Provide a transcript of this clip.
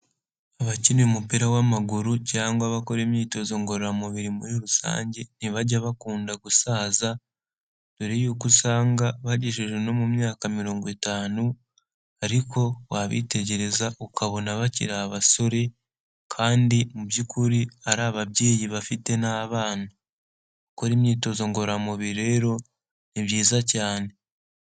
Abakina umupira w'amaguru cyangwa bakora imyitozo ngororamubiri muri rusange, ntibajya bakunda gusaza, mbere yuko usanga bagejeje no mu myaka mirongo itanu ariko wabitegereza ukabona bakiri abasore kandi mu by'ukuri ari ababyeyi bafite n'abana. Gukora imyitozo ngororamubiri rero ni byiza cyane.